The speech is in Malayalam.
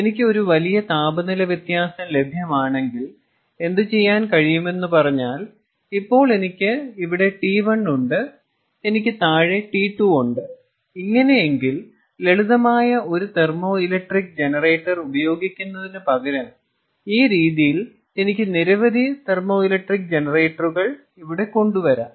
എനിക്ക് ഒരു വലിയ താപനില വ്യത്യാസം ലഭ്യമാണെങ്കിൽ എന്തുചെയ്യാൻ കഴിയുമെന്നു പറഞ്ഞാൽ ഇപ്പോൾ എനിക്ക് ഇവിടെ T1 ഉണ്ട് എനിക്ക് താഴെ T2 ഉണ്ട് ഇങ്ങനെയെങ്കിൽ ലളിതമായ ഒരു തെർമോ ഇലക്ട്രിക് ജനറേറ്റർ ഉപയോഗിക്കുന്നതിന് പകരം ഈ രീതിയിൽ എനിക്ക് നിരവധി TEG കൾ ഇവിടെ കൊണ്ടുവരാം